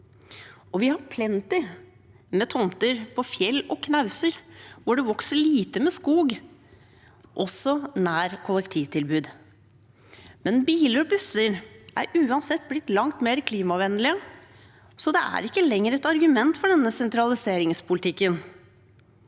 Vi har plenty med tomter på fjell og knauser hvor det vokser lite skog, også nært kollektivtilbud, men biler og busser er uansett blitt langt mer klimavennlige, så det er ikke lenger et argument for denne sentraliseringspolitikken.